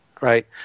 right